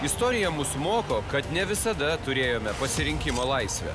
istorija mus moko kad ne visada turėjome pasirinkimo laisvę